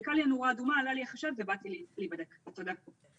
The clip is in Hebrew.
וגם בקרב המאושפזים הווריאנט השולט במדינת ישראל כרגע הוא